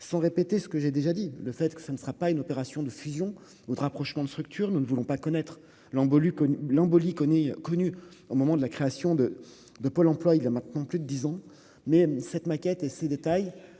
sans répéter ce que j'ai déjà dit, le fait que ce ne sera pas une opération de fusion ou de rapprochement, de structures, nous ne voulons pas connaître l'embolie l'embolie connaît connu au moment de la création de de Pôle emploi, il a maintenant plus de 10 ans, mais cette maquette et ces détails